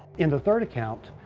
in the third account,